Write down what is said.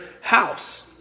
house